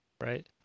Right